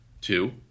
Two